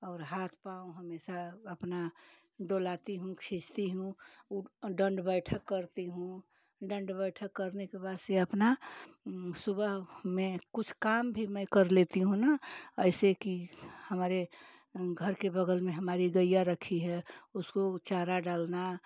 और हाथ पांव हमेशा अपना डुलाती हूँ खींचती हूँ दंड बैठक करती हूँ दंड बैठक करने के बाद से अपना सुबह में कुछ काम भी मैं कर लेती हूँ ना ऐसे कि हमारे घर के बगल में हमारी गाय रखी है उस को चारा डालना